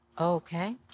Okay